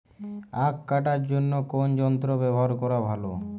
আঁখ কাটার জন্য কোন যন্ত্র ব্যাবহার করা ভালো?